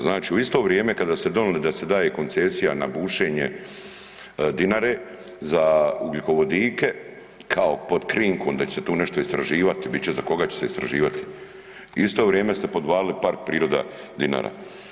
Znači u isto vrijeme kada ste donijeli da se daje koncesija na bušenje Dinare za ugljikovodike kao pod krinkom da će se tu nešto istraživati, di će, za koga će se istraživati, u isto vrijeme ste podvalili Park priroda Dinara.